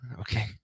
Okay